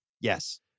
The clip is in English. yes